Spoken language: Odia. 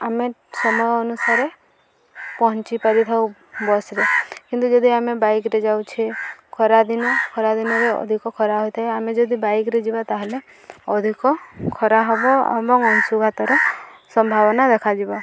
ଆମେ ସମୟ ଅନୁସାରେ ପହଞ୍ଚି ପାରିଥାଉ ବସ୍ରେ କିନ୍ତୁ ଯଦି ଆମେ ବାଇକ୍ରେ ଯାଉଛି ଖରାଦିନ ଖରାଦିନରେ ଅଧିକ ଖରା ହୋଇଥାଏ ଆମେ ଯଦି ବାଇକ୍ରେ ଯିବା ତାହେଲେ ଅଧିକ ଖରା ହବ ଏବଂ ଅଂଶୁଘାତର ସମ୍ଭାବନା ଦେଖାଯିବ